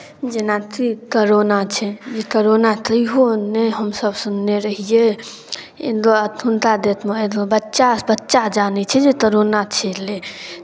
जेनाति तरोना छै ई तरोना तहियो नहि हमसभ सुनने रहियै एथुनता देटमे बच्चा बच्चा जानै छै जे तरोना छलै